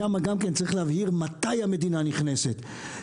גם שם יש להבהיר מתי המדינה נכנסת.